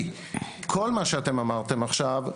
כל מה שאתם אמרתם עכשיו,